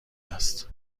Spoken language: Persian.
است